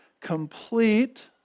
complete